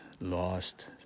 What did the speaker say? lost